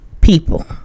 people